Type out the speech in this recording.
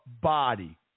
body